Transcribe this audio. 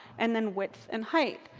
and then width and height.